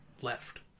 left